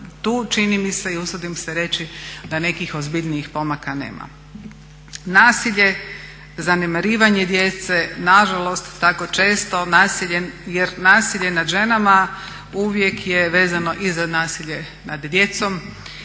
tu čini mi se i usudim se reći da nekih ozbiljnijih pomaka nema. Nasilje, zanemarivanje djece, na žalost tako često, nasilje jer nasilje nad ženama uvijek je vezano i za nasilje nad djecom